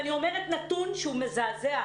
ואני אומרת נתון שהוא מזעזע,